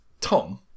Tom